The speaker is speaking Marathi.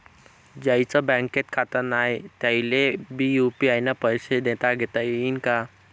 ज्याईचं बँकेत खातं नाय त्याईले बी यू.पी.आय न पैसे देताघेता येईन काय?